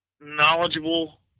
knowledgeable